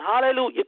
Hallelujah